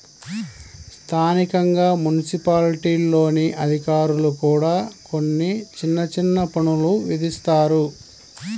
స్థానికంగా మున్సిపాలిటీల్లోని అధికారులు కూడా కొన్ని చిన్న చిన్న పన్నులు విధిస్తారు